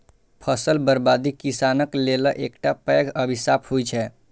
फसल बर्बादी किसानक लेल एकटा पैघ अभिशाप होइ छै